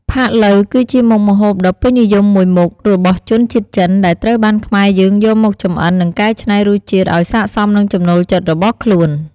ផាក់ឡូវ គឺជាមុខម្ហូបដ៏ពេញនិយមមួយមុខរបស់ជនជាតិចិន ដែលត្រូវបានខ្មែរយើងយកមកចម្អិន និងកែច្នៃរសជាតិឱ្យស័ក្តិសមនឹងចំណូលចិត្តរបស់ខ្លួន។